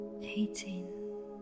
eighteen